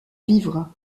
vivre